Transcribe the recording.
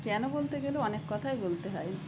কেন বলতে গেলে অনেক কথাই বলতে হয়